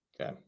Okay